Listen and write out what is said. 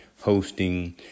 hosting